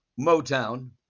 Motown